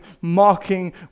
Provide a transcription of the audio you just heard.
mocking